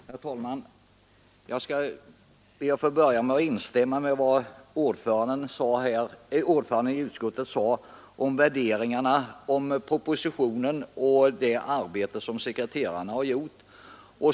Herr talman! Jag vill börja med att instämma i vad inrikesutskottets ordförande sade om värderingarna i propositionen och om det arbete som sekreterarna har lagt ned.